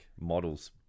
models